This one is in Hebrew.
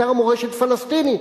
אתר מורשת פלסטיני.